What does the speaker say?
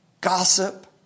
gossip